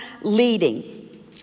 leading